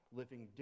living